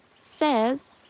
says